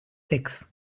six